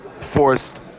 forced